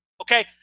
Okay